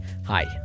Hi